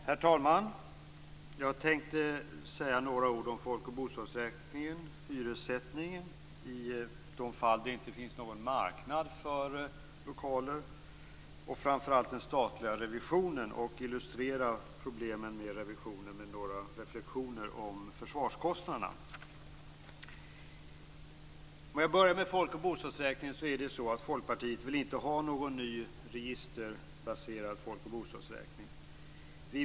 Herr talman! Jag tänkte säga några ord om folkoch bostadsräkningen, hyressättningen i de fall det inte finns någon marknad för lokaler och framför allt den statliga revisionen och illustrera problemen med revisionen med några reflexioner om försvarskostnaderna. Låt mig börja folk och bostadsräkningen. Folkpartiet vill inte ha någon ny registerbaserad folk och bostadsräkning.